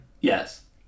Yes